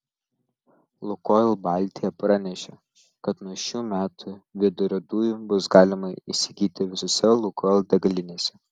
lukoil baltija pranešė kad nuo šių metų vidurio dujų bus galima įsigyti visose lukoil degalinėse